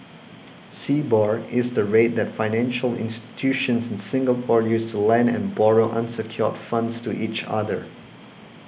slbor is the rate that financial institutions in Singapore use to lend and borrow unsecured funds to each other